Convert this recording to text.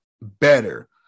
better